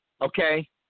okay